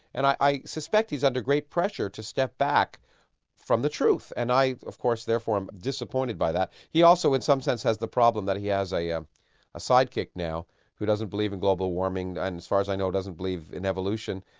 and i i suspect he's under great pressure to step back from the truth, and i of course therefore am disappointed by that. he also in some sense has the problem that he has a sidekick now who doesn't believe in global warming and as far as i know doesn't believe in evolution,